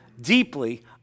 deeply